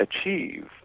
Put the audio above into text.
achieve